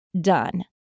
done